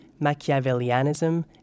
Machiavellianism